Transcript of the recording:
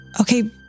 Okay